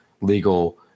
legal